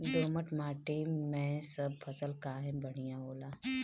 दोमट माटी मै सब फसल काहे बढ़िया होला?